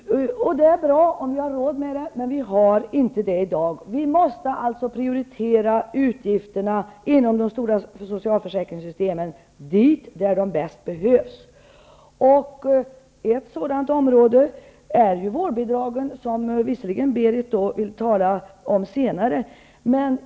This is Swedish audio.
Det är bra, om vi har råd med det. Men vi har inte det i dag. Vi måste alltså prioritera utgifterna inom de stora socialförsäkringssystemen och styra medlen dit där de bäst behövs. Ett sådant område är vårdbidragen, som Berith Eriksson vill tala om senare.